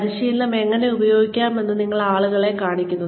പരിശീലനം എങ്ങനെ ഉപയോഗിക്കാമെന്ന് നിങ്ങൾ ആളുകളെ കാണിക്കുന്നു